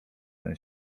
ten